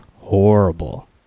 horrible